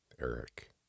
Eric